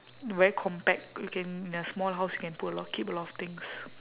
very compact you can in a small house you can put a lot keep a lot of things